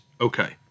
Okay